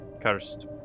Cursed